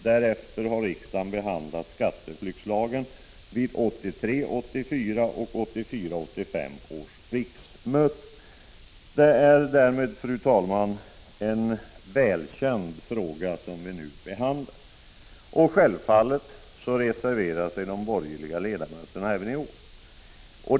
Därefter har riksdagen behandlat skatteflyktslagen vid 1983 85 års riksmöten. Det är därmed, fru talman, en välkänd fråga som vi nu behandlar. Självfallet reserverar sig de borgerliga ledamöterna även i år.